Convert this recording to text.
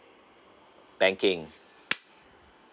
banking